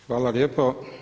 Hvala lijepo.